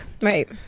Right